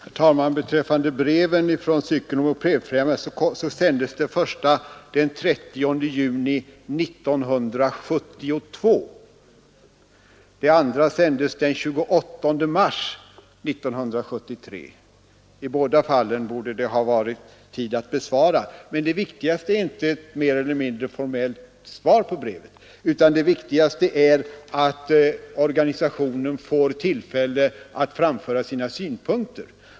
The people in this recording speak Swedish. Herr talman! Det första brevet från Cykeloch mopedfrämjandet sändes den 30 juni 1972. Det andra sändes den 28 mars 1973. I båda fallen borde det ha funnits tid att svara. Men det viktigaste är inte ett mer eller mindre formellt svar på breven, utan det viktigaste är att organisationen får tillfälle att framföra sina synpunkter.